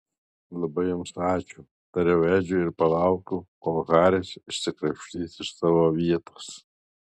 labai jums ačiū tariau edžiui ir palaukiau kol haris išsikrapštys iš savo vietos